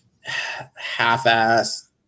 half-ass